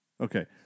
Okay